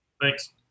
Thanks